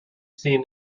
seen